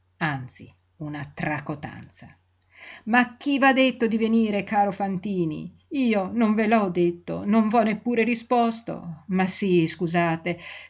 anzi una tracotanza ma chi v'ha detto di venire caro fantini io non ve l'ho detto non v'ho neppure risposto ma sí scusate